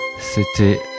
C'était